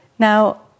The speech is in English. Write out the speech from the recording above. Now